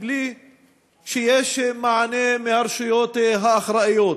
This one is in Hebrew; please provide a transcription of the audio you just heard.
בלי שיש מענה מהרשויות האחראיות.